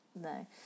no